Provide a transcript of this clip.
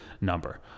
number